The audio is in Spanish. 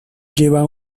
lleva